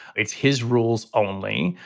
it's his rules only.